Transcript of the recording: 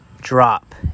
drop